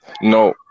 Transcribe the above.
no